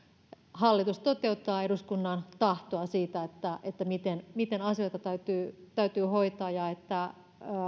hallitus toteuttaa eduskunnan tahtoa siitä miten miten asioita täytyy täytyy hoitaa ja että